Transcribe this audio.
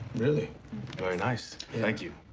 really? very nice. thank you.